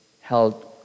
held